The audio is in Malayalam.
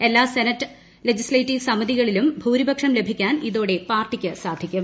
എല്ലാ സെനറ്റ് ലെജിസ്ലേറ്റീവ് സമിതികളിലും ഭൂരിപക്ഷം ലഭിക്കാൻ ഇതോടെ പാർട്ടിക്ക് സാധിക്കും